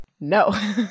No